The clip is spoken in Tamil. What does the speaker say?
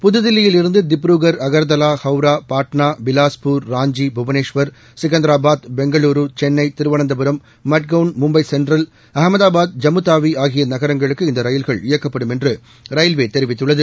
புதுதில்லியில் இருந்து திப்ரூகா் அகா்தலா ஹவுரா பாட்னா பிவாஸ்பூர் ராஞ்சி புவனேஷ்வா் செகந்திராபாத் பெங்களூரு சென்ளை திருவனந்தபுரம் மட்கவுள் மும்பை சென்ட்ரல் அகமதாபாத் ஜம்முதாவி ஆகிய நகரங்களுக்கு இந்த ரயில்கள் இயக்கப்படும் என்று ரயில்வே தெரிவித்துள்ளது